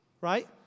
right